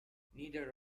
neither